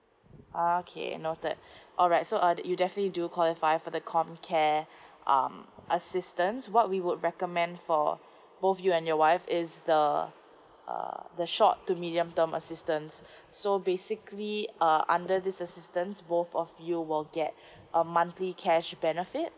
okay noted alright so uh you definitely do qualify for the comcare um assistance what we would recommend for both you and your wife is the uh the short to medium term assistance so basically uh under this assistance both of you will get a monthly cash benefit